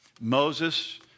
Moses